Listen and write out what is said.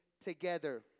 together